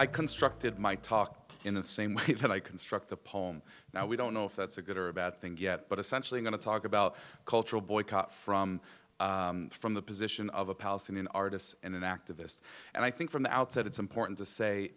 i constructed my talk in the same way that i construct the poem now we don't know if that's a good or bad thing yet but essentially going to talk about cultural boycott from from the position of a palestinian artist and an activist and i think from the outset it's important to say